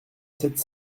sept